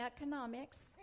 economics